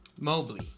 Mobley